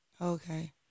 Okay